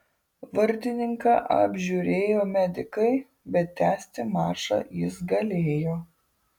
vartininką apžiūrėjo medikai bet tęsti mačą jis galėjo